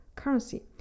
currency